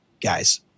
guys